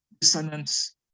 dissonance